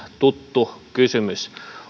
tuttu kysymys